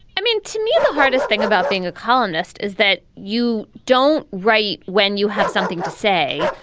i mean, to me, the hardest thing about being a columnist is that you don't write when you have something to say.